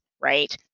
right